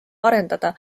arendada